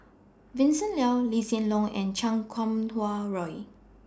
Vincent Leow Lee Hsien Loong and Chan Kum Wah Roy